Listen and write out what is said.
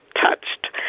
touched